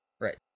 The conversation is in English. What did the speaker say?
Right